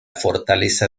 fortaleza